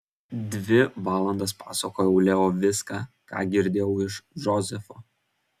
dvi valandas pasakojau leo viską ką girdėjau iš džozefo